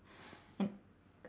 and